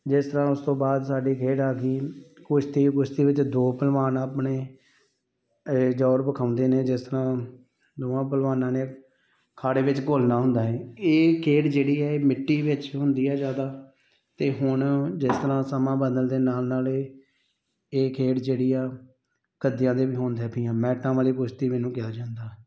ਜਿਸ ਤਰ੍ਹਾਂ ਉਸ ਤੋਂ ਬਾਅਦ ਸਾਡੀ ਖੇਡ ਆ ਗਈ ਕੁਸ਼ਤੀ ਕੁਸ਼ਤੀ ਵਿੱਚ ਦੋ ਭਲਵਾਨ ਆਪਣੇ ਜ਼ੋਰ ਵਿਖਾਉਂਦੇ ਨੇ ਜਿਸ ਤਰ੍ਹਾਂ ਦੋਵਾਂ ਭਲਵਾਨਾਂ ਨੇ ਅਖਾੜੇ ਵਿੱਚ ਘੁਲਣਾ ਹੁੰਦਾ ਹੈ ਇਹ ਖੇਡ ਜਿਹੜੀ ਹੈ ਮਿੱਟੀ ਵਿੱਚ ਹੁੰਦੀ ਹੈ ਜ਼ਿਆਦਾ ਅਤੇ ਹੁਣ ਜਿਸ ਤਰ੍ਹਾਂ ਸਮਾਂ ਬਦਲਣ ਦੇ ਨਾਲ ਨਾਲ ਇਹ ਇਹ ਖੇਡ ਜਿਹੜੀ ਆ ਗੱਦਿਆਂ 'ਤੇ ਵੀ ਹੋਣ ਲੱਗ ਪਈਆ ਮੈਟਾਂ ਵਾਲੀ ਕੁਸ਼ਤੀ ਵੀ ਇਹਨੂੰ ਕਿਹਾ ਜਾਂਦਾ